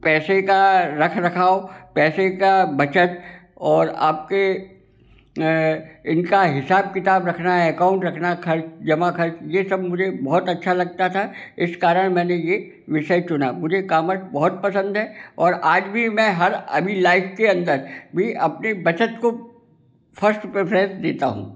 पैसे का रखरखाव पैसे का बचत और आपके अ इनका हिसाब किताब रखना है एकाउंट रखना खर्च जमा खर्च ये सब मुझे बहुत अच्छा लगता था इस कारण मैंने ये विषय चुना मुझे कॉमर्स बहुत पसंद है और आज भी मैं हर अभी लाइफ के अंदर भी अपनी बचत को फर्स्ट प्रिफरेंस देता हूँ